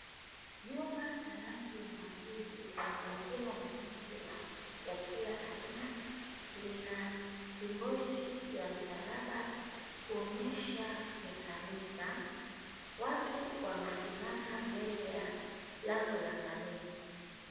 Jumba la rangi ya majivu limezingirwa na mitiya Kila aina, lina symboli ya msalaba kuonyesha ni kanisa watu wamesimama mbele ya lango la kanisa.